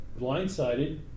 blindsided